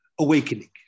awakening